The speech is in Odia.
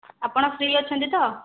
ଆପଣ ଫ୍ରୀ ଅଛନ୍ତି ତ